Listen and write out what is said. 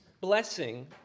blessing